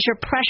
pressure